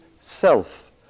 self